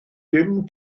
dim